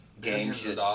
games